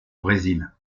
brésil